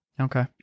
Okay